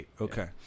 okay